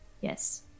Yes